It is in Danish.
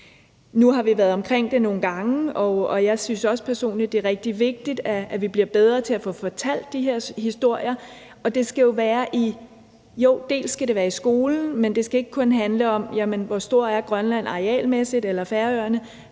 Nu har vi været omkring det nogle gange, og jeg synes også personligt, det er rigtig vigtigt, at vi bliver bedre til at få fortalt de her historier. Og jo, det skal til dels være i skolen, men det skal ikke kun handle om, hvor stor Grønland er arealmæssigt eller Færøerne;